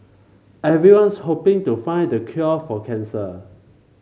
everyone's hoping to find the cure for cancer